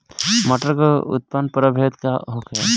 मटर के उन्नत प्रभेद का होखे?